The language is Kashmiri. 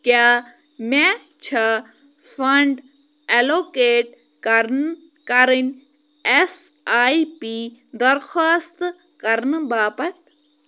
کیٛاہ مےٚ چھےٚ فنٛڈ اٮ۪لوکیٹ کَرٕن کرٕنۍ اٮ۪س آی پی درخواست کرنہٕ باپتھ